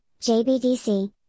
JBDC